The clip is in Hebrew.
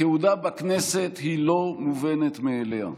הכהונה בכנסת היא לא מובנת מאליה,